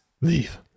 Leave